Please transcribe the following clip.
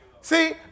See